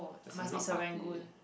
must be Serangoon